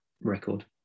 record